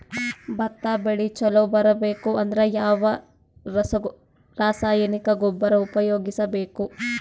ಭತ್ತ ಬೆಳಿ ಚಲೋ ಬರಬೇಕು ಅಂದ್ರ ಯಾವ ರಾಸಾಯನಿಕ ಗೊಬ್ಬರ ಉಪಯೋಗಿಸ ಬೇಕು?